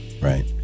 right